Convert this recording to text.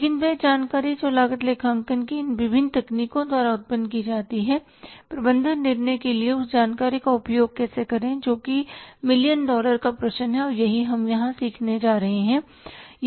लेकिन वह जानकारी जो लागत लेखांकन की इन विभिन्न तकनीकों द्वारा उत्पन्न होती है प्रबंधन निर्णय के लिए उस जानकारी का उपयोग कैसे करें जो कि मिलियन डॉलर का प्रश्न है और यही हम यहां सीखने जा रहे हैं